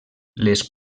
les